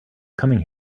coming